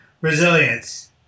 resilience